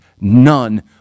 None